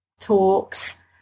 talks